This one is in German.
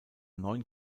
neun